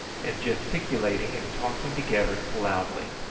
and gesticulating and talking together loudly.